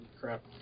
crap